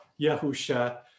Yahusha